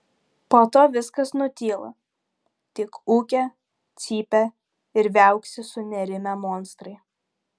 po to viskas nutyla tik ūkia cypia ir viauksi sunerimę monstrai